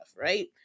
Right